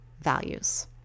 values